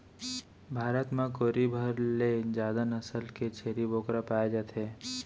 भारत म कोरी भर ले जादा नसल के छेरी बोकरा पाए जाथे